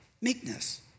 Meekness